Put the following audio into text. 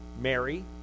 Mary